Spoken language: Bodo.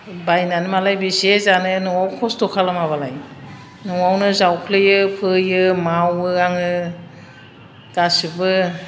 बायनानै मालाय बेसे जानो न'आव खस्थ' खालामाबालाय न'आवनो जावफ्लेयो फोयो मावो आङो गासैबो